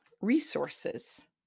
resources